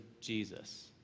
Jesus